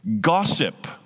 gossip